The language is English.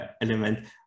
element